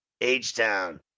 H-Town